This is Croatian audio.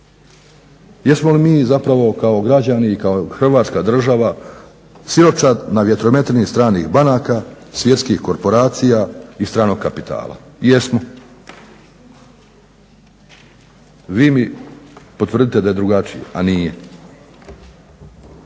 Jesmo li mi zapravo kao građani i kao Hrvatska država siročad na vjetrometini stranih banaka, svjetskih korporacija i stranog kapitala? Jesmo. Vi mi potvrdite da je drugačije, a nije.